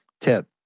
tip